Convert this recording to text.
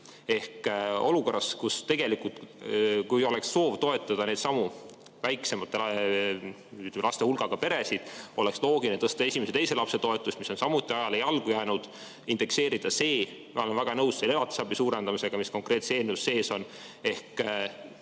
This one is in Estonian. olukorras, kui oleks soov toetada neidsamu väiksema lastehulgaga peresid, oleks loogiline tõsta esimese ja teise lapse toetust, mis on samuti ajale jalgu jäänud, ja indekseerida see – ma olen väga nõus selle elatisabi suurendamisega, mis konkreetses eelnõus sees on – ehk